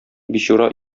бичура